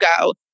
go